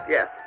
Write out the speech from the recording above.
Yes